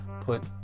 put